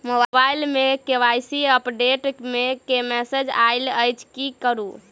Mobile मे KYC update केँ message आइल अछि की करू?